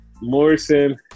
Morrison